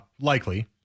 likely